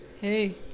Hey